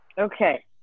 Okay